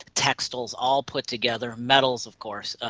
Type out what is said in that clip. textiles, all put together, metals of course.